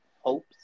hopes